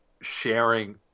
sharing